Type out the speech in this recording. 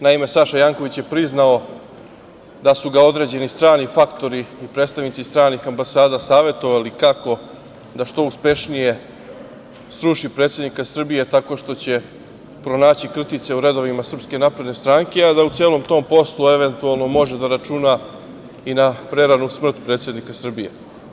Naime, Saša Janković je priznao da su ga određeni strani faktori i predstavnici stranih ambasada savetovali kako da što uspešnije sruše predsednika Srbije, tako što će pronaći krtice u redovima SNS, a da u celom tom poslu, može eventualno da računa i na preranu smrt predsednika Srbije.